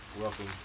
Welcome